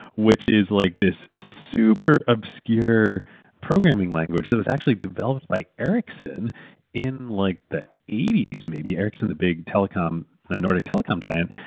which is like this super obscure programming language that was actually developed by ericsson in like the eighty s, maybe? ericsson, the big and nordic telecom giant,